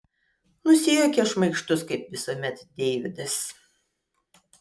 nusijuokia šmaikštus kaip visuomet deividas